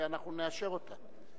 ואנחנו נאשר אותה.